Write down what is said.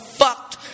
fucked